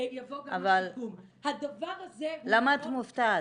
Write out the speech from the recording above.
יבוא גם --- הדבר הזה -- למה את מופתעת,